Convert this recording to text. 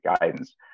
guidance